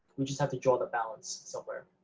we just have to draw the balance somewhere.